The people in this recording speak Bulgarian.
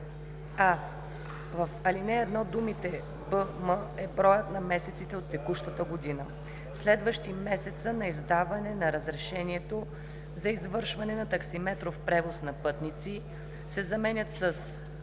ал. 1 думите „БМ е броят на месеците от текущата година, следващи месеца на издаване на разрешението за извършване на таксиметров превоз на пътници“ се заменят с